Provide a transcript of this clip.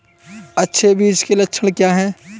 अच्छे बीज के लक्षण क्या हैं?